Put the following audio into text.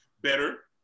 better